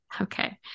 Okay